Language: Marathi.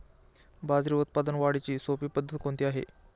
बाजरी उत्पादन वाढीची सोपी पद्धत कोणती आहे?